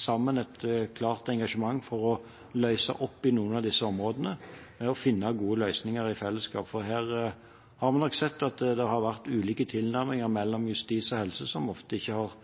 sammen, et klart engasjement for å løse opp i noen av disse områdene ved å finne gode løsninger i fellesskap. For her har vi nok sett at det har vært ulike tilnærminger mellom justis og helse, som ofte ikke nødvendigvis har